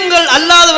Allah